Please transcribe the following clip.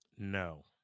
No